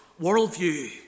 worldview